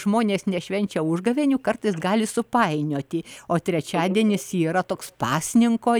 žmonės nešvenčia užgavėnių kartais gali supainioti o trečiadienis yra toks pasninko